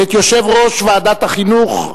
ואת יושב-ראש ועדת החינוך,